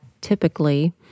typically